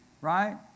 right